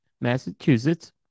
Massachusetts